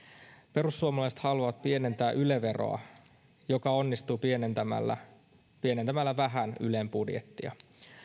perussuomalaiset haluavat pienentää yle veroa mikä onnistuu pienentämällä pienentämällä vähän ylen budjettia